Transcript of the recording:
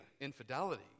infidelity